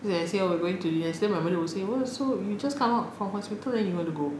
then I say oh we are going to the nest then my mother will say what so you just come from hospital then you want to go